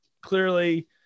clearly